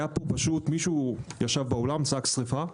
מישהו ישב באולם וצעק "שריפה",